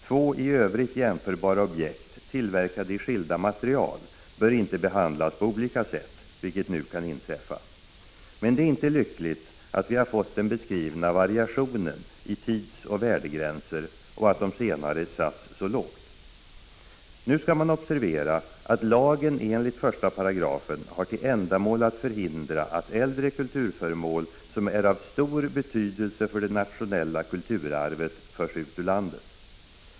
Två i övrigt jämförbara objekt men tillverkade i skilda material bör inte behandlas på olika sätt, vilket nu kan inträffa. Men det är inte lyckligt att vi fått den beskrivna variationen i tidsoch värdegränser och att de senare satts så lågt. Nu skall man observera att lagen enligt första paragrafen har till ändamål att förhindra att äldre kulturföremål, som är av stor betydelse för det nationella kulturarvet, förs ut ur landet.